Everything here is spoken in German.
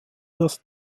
das